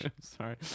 sorry